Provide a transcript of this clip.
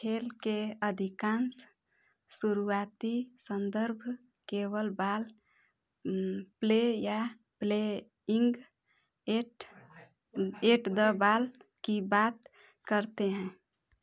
खेल के अधिकांश शुरूआती संदर्भ केवल बॉल प्ले या playing at at the ball की बात करते हैं